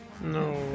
no